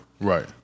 right